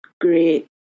great